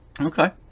Okay